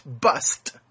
bust